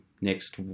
next